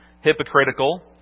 hypocritical